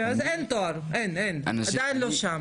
אז אין תואר, אין, עדיין לא שם.